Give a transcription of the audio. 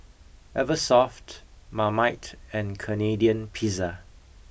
Eversoft Marmite and Canadian Pizza